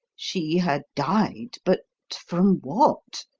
she had died but from what?